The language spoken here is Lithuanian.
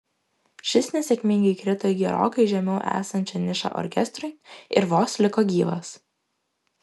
šis nesėkmingai krito į gerokai žemiau esančią nišą orkestrui ir vos liko gyvas